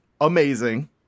amazing